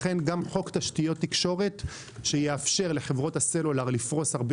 לכן גם חוק תשתיות תקשורת שיאפשר לחברות הסלולר לפרוס הרבה